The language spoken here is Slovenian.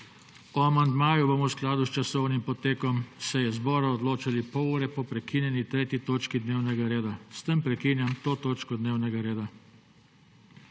amandmaju bomo v skladu s časovnim potekom seje zbora odločali pol ure po prekinjeni 3. točko dnevnega reda. S tem prekinjam to točko dnevnega reda.